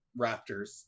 Raptors